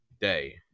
Day